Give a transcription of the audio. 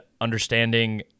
understanding